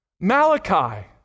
Malachi